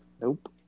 Nope